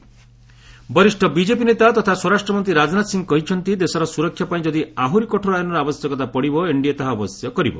Rajnath MP ବରିଷ୍ଣ BJP ନେତା ତଥା ସ୍ୱରାଷ୍ଟ୍ର ମନ୍ତ୍ରୀ ରାଜନାଥ ସିଂ କହିଛନ୍ତି ଦେଶର ସ୍ୱରକ୍ଷା ପାଇଁ ଯଦି ଆହରି କଠୋର ଆଇନର ଆବଶ୍ୟକତା ପଡ଼ିବ ଏନ୍ଡିଏ ତାହା ଅବଶ୍ୟ କରିବ